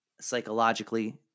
psychologically